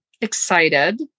excited